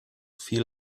feel